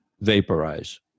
vaporize